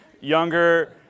younger